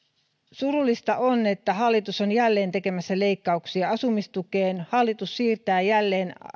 surullista on että hallitus on jälleen tekemässä leikkauksia asumistukeen hallitus siirtää jälleen